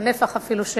אפילו,